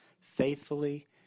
faithfully